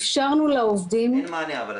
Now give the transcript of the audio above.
הם אומרים 'אין לנו דרך לעשות את